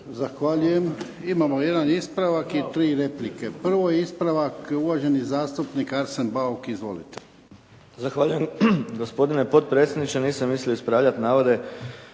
Zahvaljujem. Imamo jedan ispravak i tri replike. Prvo je ispravak uvaženi zastupnik Arsen Bauk. Izvolite. **Bauk, Arsen (SDP)** Zahvaljujem gospodine potpredsjedniče. Nisam mislio ispravljati navode